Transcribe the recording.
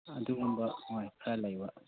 ꯑꯗꯨꯒꯨꯝꯕ ꯍꯣꯏ ꯈꯔ ꯂꯩꯕ